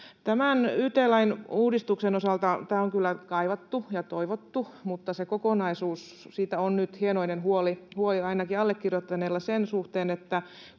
Tämän yt-lain uudistuksen osalta: Tätä on kyllä kaivattu ja toivottu, mutta siitä kokonaisuudesta on nyt hienoinen huoli ainakin allekirjoittaneella sen suhteen,